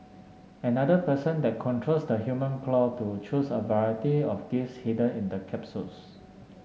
another person then controls the human claw to choose a variety of gifts hidden in capsules